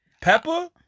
Pepper